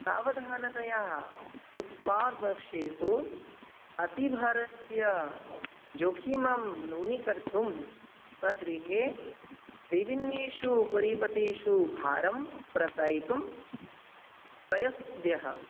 सावधानतया उत्पादर्शेतु अतिभारस्य जोखिमं न्यूनीकर्तुं स्वगृहे विभिन्नेषु परिपथेषु भारं प्रसारयितुं प्रयस्द्यः